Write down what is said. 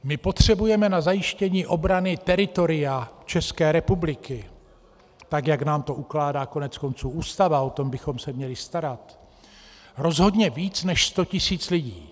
My potřebujeme na zajištění obrany teritoria České republiky, tak jak nám to ukládá konec konců Ústava, o to bychom se měli starat, rozhodně víc než 100 tisíc lidí.